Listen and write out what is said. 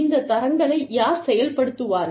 இந்த தரங்களை யார் செயல்படுத்துவார்கள்